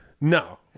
No